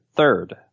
Third